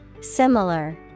Similar